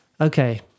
Okay